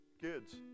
kids